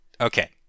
Okay